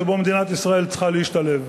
שבו מדינת ישראל צריכה להשתלב.